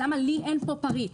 למה לי אין פה פריט?